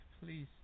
please